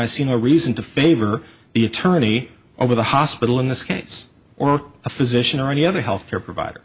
i see no reason to favor the attorney over the hospital in this case or a physician or any other health care provider